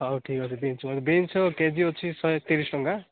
ହଉ ଠିକ୍ ଅଛି ବିନ୍ସ ବିନ୍ସ କେ ଜି ଅଛି ଶହେ ତିରିଶ ଟଙ୍କା